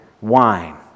wine